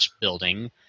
Building